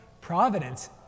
providence